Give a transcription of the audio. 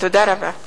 תודה רבה.